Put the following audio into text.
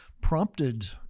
prompted